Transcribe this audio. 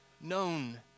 known